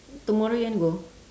tomorrow you want to go